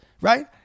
Right